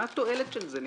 מה התועלת של זה?